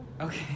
okay